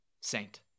Saint